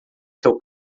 seu